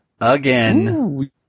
again